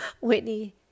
Whitney